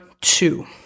two